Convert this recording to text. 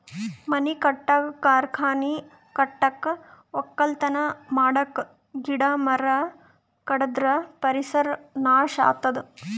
ಮನಿ ಕಟ್ಟಕ್ಕ್ ಕಾರ್ಖಾನಿ ಕಟ್ಟಕ್ಕ್ ವಕ್ಕಲತನ್ ಮಾಡಕ್ಕ್ ಗಿಡ ಮರ ಕಡದ್ರ್ ಪರಿಸರ್ ನಾಶ್ ಆತದ್